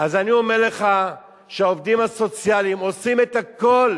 אז אני אומר לך שהעובדים הסוציאליים עושים את הכול